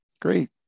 Great